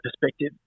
perspective